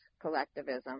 collectivism